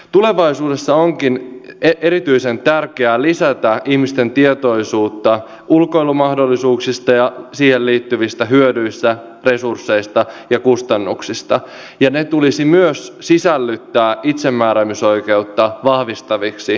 tulevaisuudessa onkin erityisen tärkeää lisätä ihmisten tietoisuutta ulkoilumahdollisuuksista ja ulkoiluun liittyvistä hyödyistä resursseista ja kustannuksista ja ne tulisi myös sisällyttää itsemääräämisoikeutta vahvistaviksi tekijöiksi